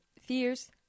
fears